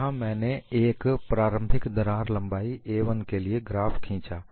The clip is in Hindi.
यहाँ मैंने एक प्रारंभिक दरार लंबाई a1 के लिए ग्राफ खींचा